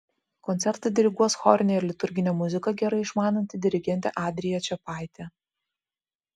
koncertą diriguos chorinę ir liturginę muziką gerai išmananti dirigentė adrija čepaitė